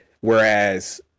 Whereas